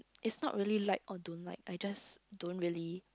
is not really like or don't like I just don't really